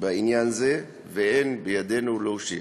בעניין זה, ואין בידינו להושיע.